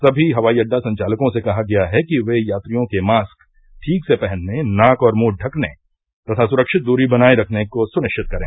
सभी हवाई अड्डा संचालकों से कहा गया है कि ये यात्रियों के मास्क ठीक से पहनने नाक और मुंह ढकने तथा सुरक्षित दूरी बनाए रखने को सुनिश्चित करें